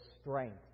strength